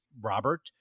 Robert